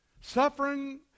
Suffering